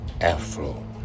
Afro